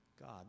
God